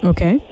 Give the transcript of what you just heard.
Okay